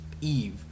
Eve